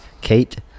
Kate